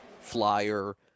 flyer